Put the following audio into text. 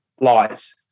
lies